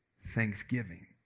thanksgiving